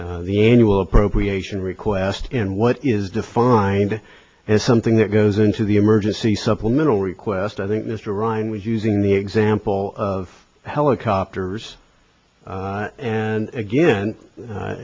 the annual appropriation request and what is defined as something that goes into the emergency supplemental request i think mr ryan was using the example of helicopters and again